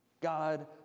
God